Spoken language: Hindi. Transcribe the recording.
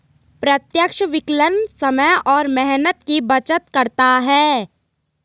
प्रत्यक्ष विकलन समय और मेहनत की बचत करता है